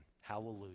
Hallelujah